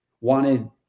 wanted